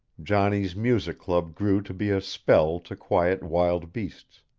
johnny's music-club grew to be a spell to quiet wild beasts.